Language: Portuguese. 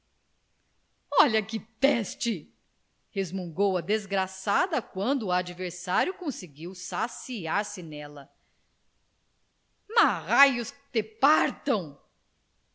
olha que peste resmungou a desgraçada quando o adversário conseguiu saciar se nela marraios te partam